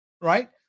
right